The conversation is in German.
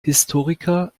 historiker